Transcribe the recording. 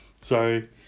Sorry